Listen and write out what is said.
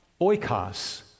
oikos